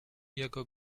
jego